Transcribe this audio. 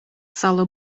сало